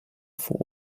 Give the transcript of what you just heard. four